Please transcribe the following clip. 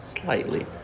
slightly